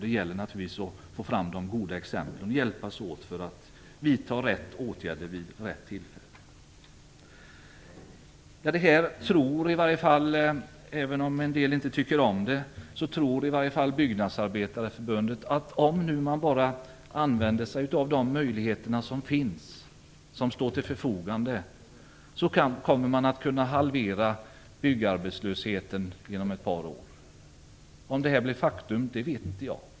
Det gäller att få fram goda exempel och hjälpas åt för att vidta rätt åtgärder vid rätt tillfälle. Även om en del nu inte tycker om det, tror i alla fall Byggnadsarbetareförbundet att om man bara använder sig utav de möjligheter som står till förfogande, kommer man att kunna halvera byggarbetslösheten inom ett par år. Om det här blir faktum, det vet inte jag.